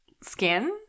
skin